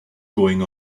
going